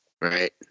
Right